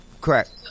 correct